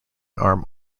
arm